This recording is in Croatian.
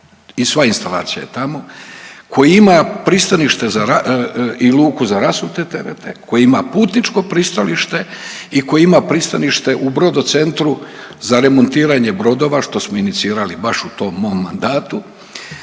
i sva instalacija je tamo, koja ima pristanište i luku za rasute terete, koja ima putničko pristalište i koja ima pristanište u Brodocentru za remontiranje brodova, što smo inicirali baš u tom mom mandatu,